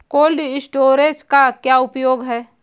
Cold storage का क्या उपयोग है?